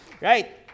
Right